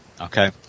Okay